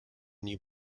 new